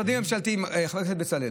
חבר הכנסת בצלאל,